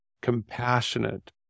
compassionate